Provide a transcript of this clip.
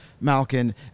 Malkin